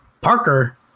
Parker